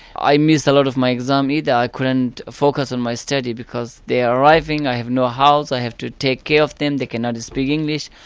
i missed a lot of my exam, yeah i couldn't focus on my study because they are arriving, i have no house, i have to take care of them, they cannot speak english,